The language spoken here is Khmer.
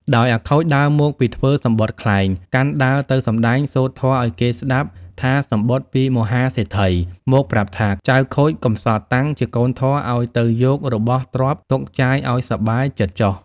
ដោយអាខូចដើរមកពីធ្វើសំបុត្រក្លែង កាន់ដើរទៅសំដែងសូត្រធម៌ឱ្យគេស្ដាប់ថាសំបុត្រពីមហាសេដ្ឋីមកប្រាប់ថា ចៅខូចកំសត់តាំងជាកូនធម៍ឲ្យទៅយករបស់ទ្រព្យទុកចាយឱ្យសប្បាយចិត្ដចុះ។